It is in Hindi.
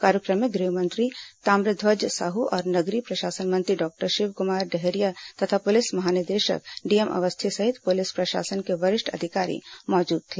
कार्यक्रम में गृह मंत्री ताम्रध्यज साहू और नगरीय प्रशासन मंत्री डॉक्टर शिवकुमार डहरिया तथा पुलिस महानिदेशक डीएम अवस्थी सहित पुलिस प्रशासन के वरिष्ठ अधिकारी मौजूद थे